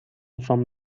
from